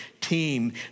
team